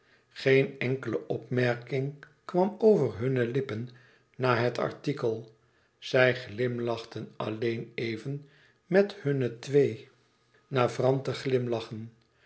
geene enkele opmerking kwam over hunne lippen na het artikel zij glimlachten alleen even met hunne twee navrante glimlachten